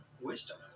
wisdom